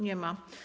Nie ma.